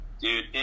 Dude